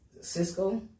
Cisco